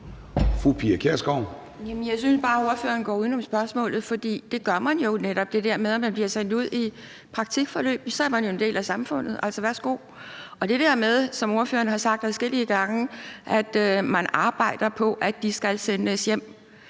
Jeg synes bare, at ordføreren går uden om spørgsmålet, for det gør man jo netop, altså ved at man bliver sendt ud i praktikforløb, og så er man jo en del af samfundet. Altså, værsgo. Og det der med, som ordføreren har sagt adskillige gange, at man arbejder på, at de skal sendes hjem,